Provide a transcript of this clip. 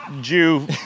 Jew